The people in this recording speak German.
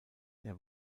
der